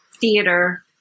theater